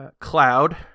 Cloud